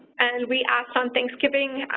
and we asked on thanksgiving,